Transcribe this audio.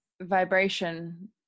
vibration